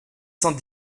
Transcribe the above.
cent